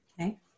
Okay